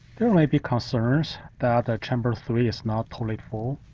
there might be concerns that that chamber three is not totally full,